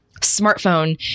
smartphone